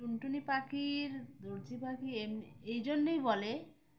টুনটুনি পাখির দর্জি পাখি এমনি এই জন্যেই বলে